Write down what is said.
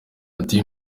ati